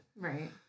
Right